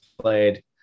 played